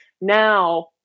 Now